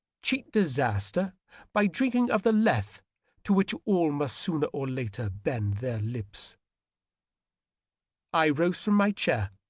cheat disaster by drink ing of the lethe to which all must sooner or later bend their lips i rose from my chair.